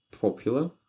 popular